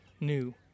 new